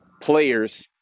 players